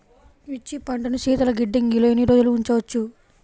మిర్చి పంటను శీతల గిడ్డంగిలో ఎన్ని రోజులు ఉంచవచ్చు?